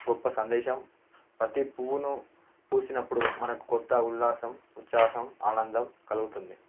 గొప్ప సందేశం ప్రతి పువ్వును పూసినప్పుడు మనకు కొత్త ఉల్లాసం ఉత్సాహం ఆనందం కలుగుతుంది